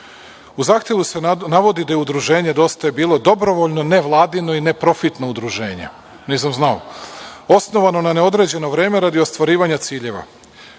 U zahtevu se navodi da je udruženje Dosta je bilo dobrovoljno, nevladino i neprofitno udruženje, nisam znao, osnovano na neodređeno vreme radi ostvarivanja ciljeva,